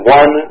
one